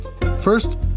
First